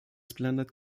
splendid